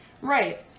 Right